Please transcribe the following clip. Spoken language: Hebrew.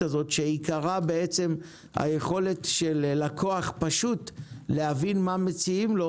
הזאת שעיקרה בעצם היכולת של לקוח פשוט להבין מה מציעים לו